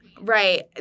Right